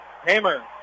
Hammer